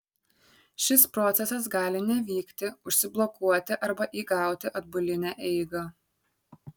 šis procesas gali nevykti užsiblokuoti arba įgauti atbulinę eigą